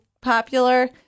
popular